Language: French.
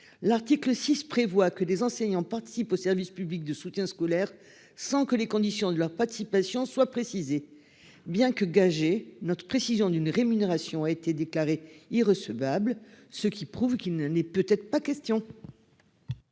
article prévoit que des enseignants participent au service public de soutien scolaire, sans que les conditions de leur participation soient précisées. Bien que gagée, la proposition que nous avions faite en vue d'une rémunération a été déclarée irrecevable. Cela prouve qu'il n'est peut-être pas question